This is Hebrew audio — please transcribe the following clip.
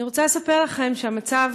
אני רוצה לספר לכם שהמצב